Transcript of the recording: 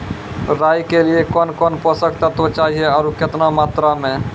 राई के लिए कौन कौन पोसक तत्व चाहिए आरु केतना मात्रा मे?